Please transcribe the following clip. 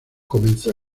comenzó